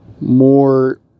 more